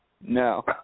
No